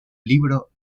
libro